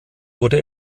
wurde